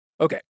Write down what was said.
Okay